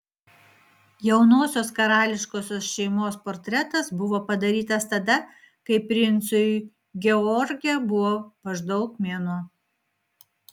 jaunosios karališkosios šeimos portretas buvo padarytas tada kai princui george buvo maždaug mėnuo